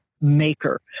maker